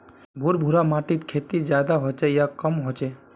भुर भुरा माटिर खेती ज्यादा होचे या कम होचए?